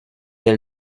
elle